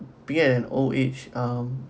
be at an old age um